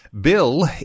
Bill